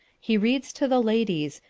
he reads to the ladies,